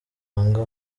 wanga